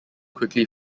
quickly